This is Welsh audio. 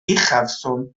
uchafswm